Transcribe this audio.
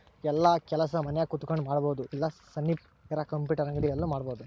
ಯೆಲ್ಲ ಕೆಲಸ ಮನ್ಯಾಗ ಕುಂತಕೊಂಡ್ ಮಾಡಬೊದು ಇಲ್ಲ ಸನಿಪ್ ಇರ ಕಂಪ್ಯೂಟರ್ ಅಂಗಡಿ ಅಲ್ಲು ಮಾಡ್ಬೋದು